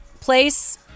place